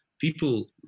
people